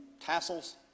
tassels